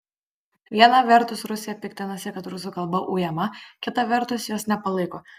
viena vertus rusija piktinasi kad rusų kalba ujama kita vertus jos nepalaiko